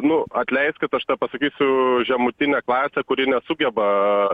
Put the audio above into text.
nu atleiskit aš tą pasakysiu žemutinė klasė kuri nesugeba